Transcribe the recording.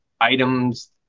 items